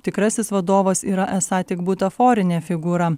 tikrasis vadovas yra esą tik butaforinė figūra